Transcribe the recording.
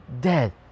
dead